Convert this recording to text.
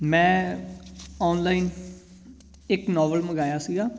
ਮੈਂ ਔਨਲਾਈਨ ਇੱਕ ਨੋਵਲ ਮੰਗਵਾਇਆ ਸੀਗਾ